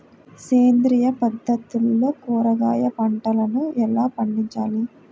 సేంద్రియ పద్ధతుల్లో కూరగాయ పంటలను ఎలా పండించాలి?